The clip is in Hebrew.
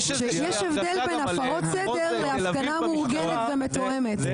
יש הבדל בין הפרות סדר לבין הפגנה מאורגנת ומתואמת.